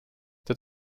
der